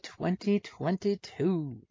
2022